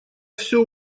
все